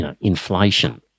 inflation